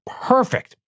perfect